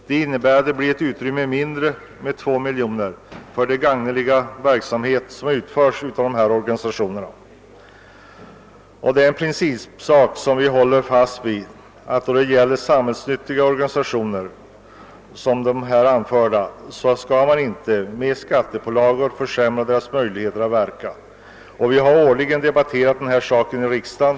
Höjningen medför att det blir 2 miljoner kronor mindre över för den gagneliga verksamhet som utförs av dessa organisationer. Det är en principsak som vi håller fast vid'att man inte med skattepålagor skall försämra möjligheterna för samhällsnyttiga organisationer, som de här anförda, att verka. Vi har årligen debatterat denna sak i riksdagen.